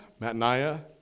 Mataniah